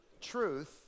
truth